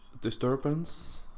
disturbance